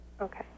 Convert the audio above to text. Okay